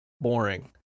boring